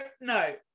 No